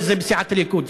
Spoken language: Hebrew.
443 זה בסיעת הליכוד.